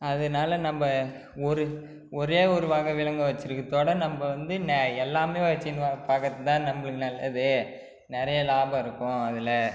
அதனால நம்ம ஒரு ஒரே ஒரு வகை விலங்கை வச்சுருக்குறத்தோட நம்ம வந்து ந எல்லாமே வச்சுக்குனு பார்க்கறதுதான் நம்மளுக்கு நல்லது நிறைய லாபம் இருக்கும் அதில்